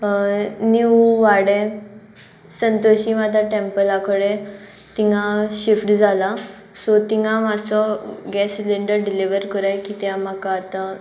नीव वाडे संतोशी माता टॅम्पला कोडे तिंगा शिफ्ट जाला सो तिंगा मातसो गॅस सिलींडर डिलिवर कोराय कित्याक म्हाका आतां